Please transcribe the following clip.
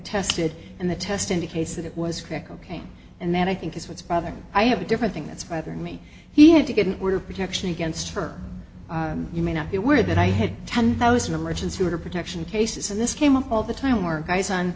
tested and the test indicates that it was crack cocaine and that i think is what's brother i have a different thing that's rather than me he had to get an order protection against her you may not be aware that i had ten thousand emergency order protection cases and this came up all the time our guys on